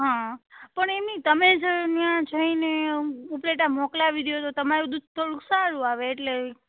હ પણ એમ નહીં તમે જ ત્યાં જઈને ઉપલેટા મોકલાવી દ્યો તો તમારું દૂધ થોડુંક સારું આવે એટલે